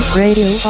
radio